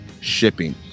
shipping